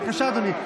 בבקשה, אדוני.